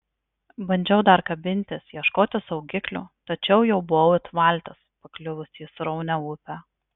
bandžiau dar kabintis ieškoti saugiklių tačiau jau buvau it valtis pakliuvusi į sraunią upę